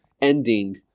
ending